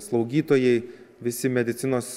slaugytojai visi medicinos